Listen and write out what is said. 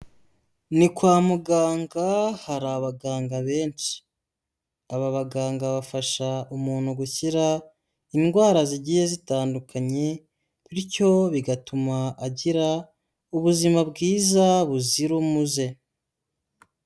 Ni kwa muganga hari abaganga benshi, aba baganga bafasha umuntu gukira indwara zigiye zitandukanye, bityo bigatuma agira ubuzima bwiza buzira umuze.